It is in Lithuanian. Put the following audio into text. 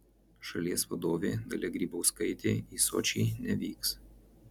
šalies vadovė dalia grybauskaitė į sočį nevyks